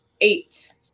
Eight